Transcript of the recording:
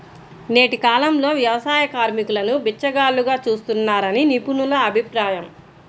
నేటి కాలంలో వ్యవసాయ కార్మికులను బిచ్చగాళ్లుగా చూస్తున్నారని నిపుణుల అభిప్రాయం